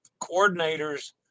coordinators